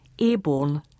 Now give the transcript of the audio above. airborne